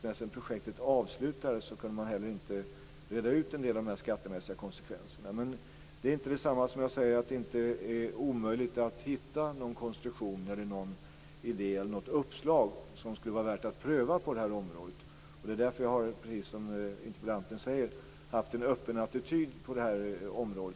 När projektet sedan avslutades kunde man inte heller reda ut en del av de skattemässiga konsekvenserna. Men detta är inte detsamma som att säga att det är omöjligt att hitta någon konstruktion eller idé eller något uppslag som det skulle vara värt att pröva på det här området. Det är därför som jag har haft en öppen attityd, precis som interpellanten säger.